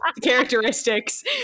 characteristics